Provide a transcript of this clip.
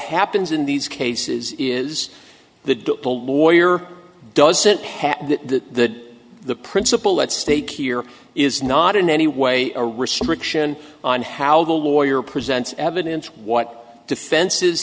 happens in these cases is the whole lawyer doesn't have that the principle at stake here is not in any way a restriction on how the lawyer presents evidence what defenses